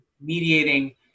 mediating